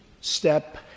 Step